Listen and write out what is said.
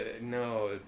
No